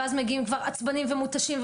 ואז מגיעים כבר עצבניים ומותשים,